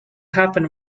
happen